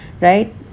right